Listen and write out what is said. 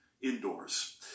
indoors